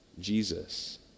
Jesus